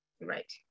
Right